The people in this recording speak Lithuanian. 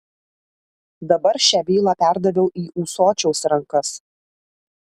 dabar šią bylą perdaviau į ūsočiaus rankas